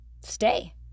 stay